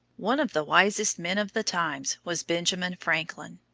one of the wisest men of the times was benjamin franklin.